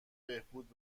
بهبود